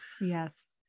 Yes